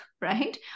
right